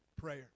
Prayer